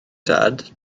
dad